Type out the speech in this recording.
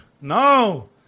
No